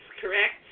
correct